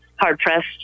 hard-pressed